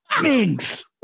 Minks